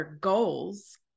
goals